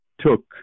took